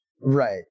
right